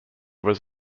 was